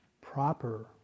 proper